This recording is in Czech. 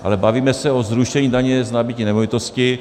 Ale bavíme se o zrušení daně z nabytí nemovitosti.